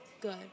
Good